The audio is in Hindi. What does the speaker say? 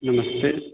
नमस्ते